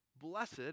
Blessed